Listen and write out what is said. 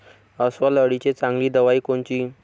अस्वल अळीले चांगली दवाई कोनची?